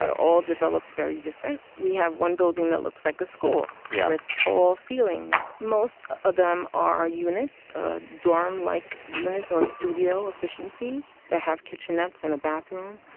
all developed very different. we have one building that looks like a school yard yeah with tall ceilings. most of them are units, ah dorm like units or studio efficiencies. they have kitchenettes and a bathroom.